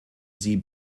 sie